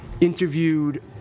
interviewed